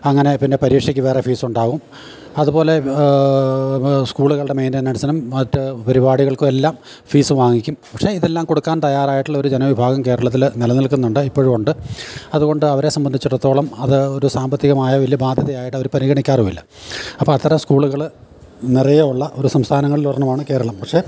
അങ്ങനെ പിന്നെ പരീഷയ്ക്ക് വേറേ ഫീസൊണ്ടാവും അത്പോലെ സ്കൂള്കളുടെ മേയ്റ്റനൻസിനും മറ്റ് പരിപാടികൾക്കും എല്ലാം ഫീസ്സ് വാങ്ങിക്കും പക്ഷേ ഇതെല്ലാം കൊടുക്കാൻ തയ്യറായിട്ടുള്ള ഒരു ജനവിഭാഗം കേരളത്തിൽ നിലനിൽക്കുന്നുണ്ട് ഇപ്പോഴും ഉണ്ട് അത്കൊണ്ട് അവരെ സമ്പന്ധിച്ചിടത്തോളം അത് ഒരു സാമ്പത്തികമായ വലിയ ബാധ്യതയായിട്ടവർ പരിഗണിക്കാറും ഇല്ല അപ്പം അത്തരം സ്കൂള്കൾ നിറയേ ഉള്ള ഒരു സംസ്ഥാനങ്ങളിൽ ഒരെണ്ണം ആണ് കേരളം പക്ഷേ